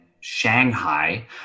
Shanghai